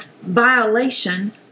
violation